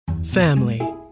Family